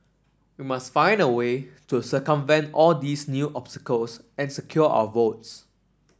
we must find a way to circumvent all these new obstacles and secure our votes